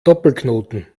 doppelknoten